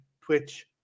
Twitch